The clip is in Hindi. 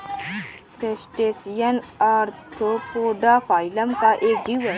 क्रस्टेशियन ऑर्थोपोडा फाइलम का एक जीव है